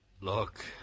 look